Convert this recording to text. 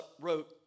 wrote